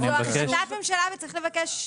זו החלטת ממשלה וצריך לבקש,